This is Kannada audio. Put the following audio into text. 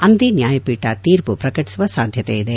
ಅಂದೇ ನ್ಯಾಯಪೀಠ ತೀರ್ಮ ಪ್ರಕಟಿಸುವ ಸಾಧ್ಯತೆ ಇದೆ